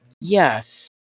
yes